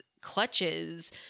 clutches